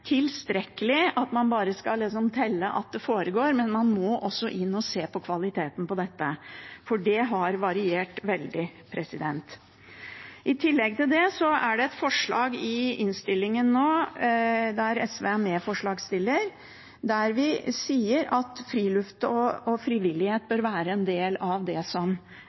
tilstrekkelig at man bare skal se til at det foregår, man må også gå inn og se på kvaliteten, for det har variert veldig. I tillegg til det er det et forslag i innstillingen, der SV er medforslagsstiller, der vi sier at friluftsliv og frivillighet bør være en del av innholdet i introduksjonsprogrammet. Jeg har bare behov for å kommentere det,